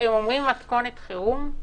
הם אומרים מתכונת חירום,